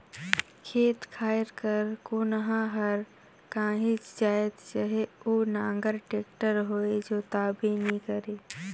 खेत खाएर कर कोनहा हर काहीच जाएत चहे ओ नांगर, टेक्टर होए जोताबे नी करे